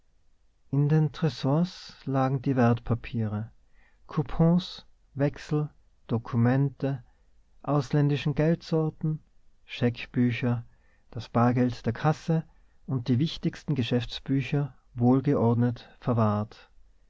in den tresors lagen die wertpapiere coupons wechsel dokumente ausländischen geldsorten scheckbücher das bargeld der kasse und die wichtigsten geschäftsbücher wohlgeordnet verwahrt